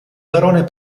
barone